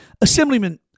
Assemblyman